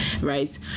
right